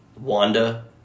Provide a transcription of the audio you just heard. Wanda